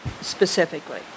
specifically